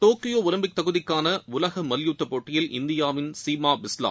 Tokyo Olympic தகுதிக்காள உலக மல்யுத்த போட்டியில் இந்தியாவின் சீமா பிஸ்லா